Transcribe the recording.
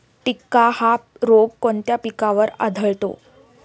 टिक्का हा रोग कोणत्या पिकावर आढळतो?